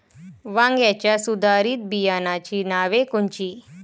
वांग्याच्या सुधारित बियाणांची नावे कोनची?